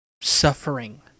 suffering